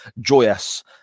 joyous